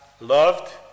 loved